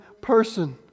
person